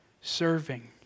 Serving